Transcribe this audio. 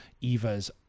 Eva's